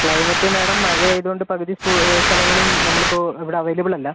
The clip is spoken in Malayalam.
ക്ലൈമറ്റ് മാഡം മഴ ആയതുകൊണ്ട് പകുതി സ്ഥലങ്ങളും നമ്മളിപ്പോൾ ഇവിടെ അവൈലബിൾ അല്ല